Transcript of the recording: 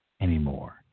anymore